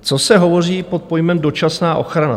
Co se hovoří pod pojmem dočasná ochrana?